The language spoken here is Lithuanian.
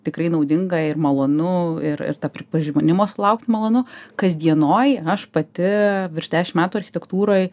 tikrai naudinga ir malonu ir ir pripažinimo sulaukt malonu kasdienoj aš pati virš dešim metų architektūroj